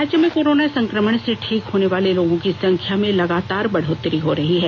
राज्य में कोरोना संक्रमण से ठीक होने वाले लोगों की संख्या में लगातार बढ़ोतरी हो रही है